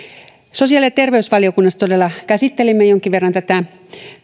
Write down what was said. sosiaali ja terveysvaliokunnassa todella käsittelimme jonkin verran tätä